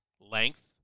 length